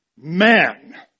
man